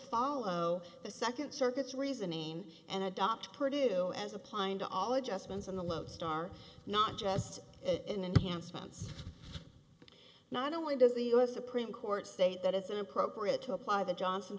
follow the second circuit's reasoning and adopt purdue as applying to all adjustments on the love star not just in and can sponsor not only does the us supreme court state that it's inappropriate to apply the johnson